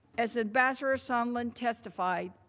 as ambassador ah sondland testified,